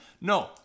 No